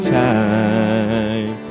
time